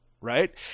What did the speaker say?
right